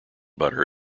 butter